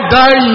die